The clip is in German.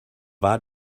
war